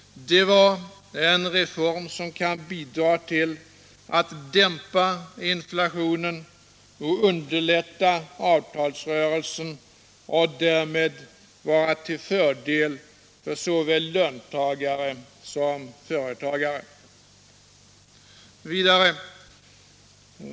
Det var en reform som kan bidra till att dimpa inflationen och underlätta avtalsrörelsen och därmed vara till fördel för såväl löntagare som företagare.